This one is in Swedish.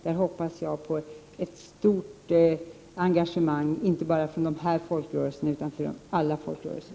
Jag hoppas på ett starkt engagemang -—inte bara från dessa folkrörelser, utan från alla folkrörelser.